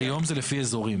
היום זה לפי אזורים,